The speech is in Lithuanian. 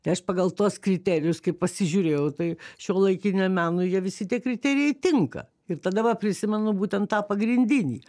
tai aš pagal tuos kriterijus kaip pasižiūrėjau tai šiuolaikiniam menui jie visi tie kriterijai tinka ir tada va prisimenu būtent tą pagrindinį